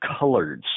coloreds